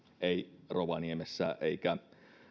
ei rovaniemellä eikä